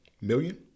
million